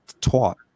taught